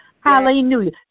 Hallelujah